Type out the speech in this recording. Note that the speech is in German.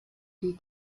die